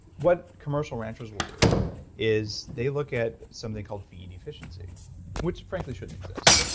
what commercial ranchers will do is they look at something called feed efficiency which frankly shouldn't exist.